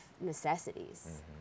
necessities